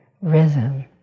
rhythm